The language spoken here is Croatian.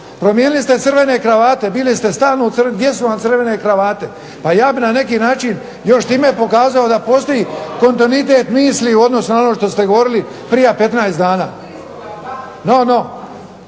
Promijenili ste crvene kravate. Bili ste stalno u crvenim. Gdje su vam crvene kravate? Pa ja bih na neki način još time pokazao da postoji kontinuitet misli u odnosu na ono što ste govorili prije 15 dana. Ja bih